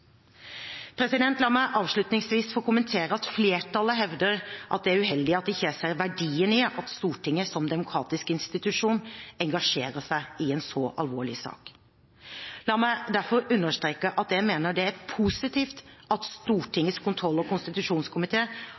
La meg avslutningsvis få kommentere at flertallet hevder at det er uheldig at jeg ikke ser verdien i at Stortinget, som demokratisk institusjon, engasjerer seg i en så alvorlig sak. La meg derfor understreke at jeg mener det er positivt at Stortingets kontroll- og